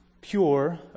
Pure